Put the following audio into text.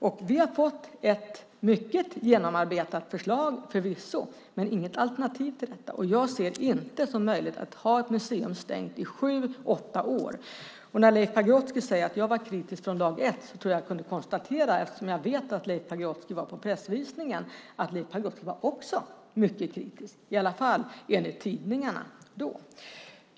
Vi har förvisso fått ett mycket genomarbetat förslag men inget alternativ till detta. Jag ser det inte som möjligt att ha ett museum stängt i sju åtta år. Leif Pagrotsky säger att jag var kritisk från dag ett. Jag kunde konstatera, eftersom jag vet att Leif Pagrotsky var på pressvisningen, att Pagrotsky också var mycket kritisk, i varje fall enligt tidningarna då.